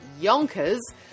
yonkers